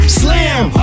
slam